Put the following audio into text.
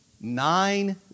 Nine